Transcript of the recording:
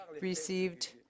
received